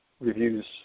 reviews